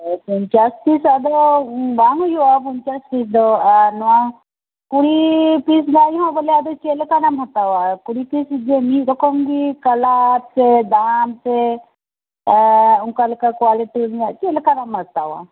ᱯᱚᱸᱧᱪᱟᱥ ᱯᱤᱥᱟᱜ ᱫᱚ ᱵᱟᱝ ᱦᱩᱭᱩᱜᱼᱟ ᱯᱚᱸᱧᱪᱟᱥ ᱯᱤᱥ ᱫᱚ ᱟᱨ ᱱᱚᱶᱟ ᱠᱩᱲᱤ ᱯᱤᱥ ᱜᱟᱱ ᱦᱚᱸ ᱵᱚᱞᱮ ᱪᱮᱫ ᱞᱮᱠᱟᱱᱟᱜ ᱮᱢ ᱦᱟᱛᱟᱣᱟ ᱠᱩᱲᱤ ᱯᱤᱥ ᱡᱮ ᱢᱤᱫ ᱨᱚᱠᱚᱢ ᱜᱮ ᱠᱟᱞᱟᱨ ᱥᱮ ᱫᱟᱢ ᱥᱮ ᱚᱱᱠᱟ ᱞᱮᱠᱟ ᱠᱳᱭᱟᱞᱤᱴᱤ ᱨᱮᱭᱟᱜ ᱪᱮᱫ ᱞᱮᱠᱟᱱᱟᱜ ᱮᱢ ᱦᱟᱛᱟᱣᱟ